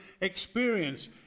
experience